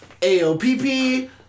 AOPP